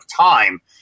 time